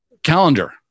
Calendar